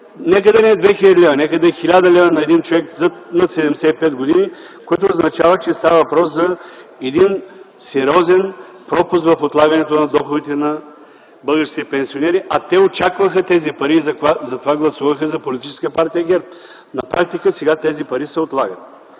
нека да не е 2000 лв., а да е 1000 лв. на един човек над 75 г., означава, че става въпрос за един сериозен пропуск в отлагането на доходите на българските пенсионери. А те очакваха тези пари и затова гласуваха за Политическа партия ГЕРБ. На практика сега тези пари се отлагат.